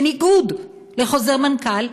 בניגוד לחוזר מנכ"ל,